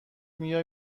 میای